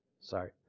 Sorry